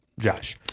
Josh